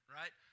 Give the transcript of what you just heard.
right